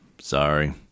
Sorry